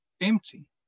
empty